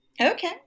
Okay